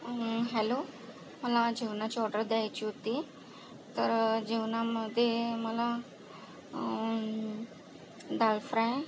hello मला जेवणाची order द्यायची होती तर जेवणामध्ये मला दाळ फ्राय